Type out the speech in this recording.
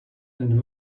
and